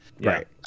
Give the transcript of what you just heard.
Right